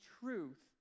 truth